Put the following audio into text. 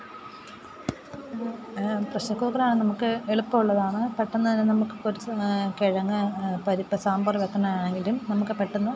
pressure കുക്കറാണ് നമുക്ക് എളുപ്പമുള്ളതാണ് പെട്ടെന്നു തന്നെ നമുക്ക് കുറച്ച് കിഴങ്ങ് പരിപ്പ് സാമ്പാറ് വെക്കാനാണെങ്കിലും നമുക്ക് പെട്ടെന്നു